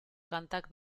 kantak